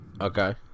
okay